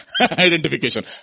identification